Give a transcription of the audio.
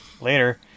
Later